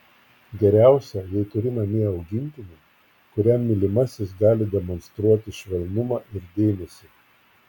geriausia jei turi namie augintinį kuriam mylimasis gali demonstruoti švelnumą ir dėmesį